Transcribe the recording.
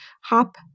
hop